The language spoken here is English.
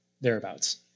thereabouts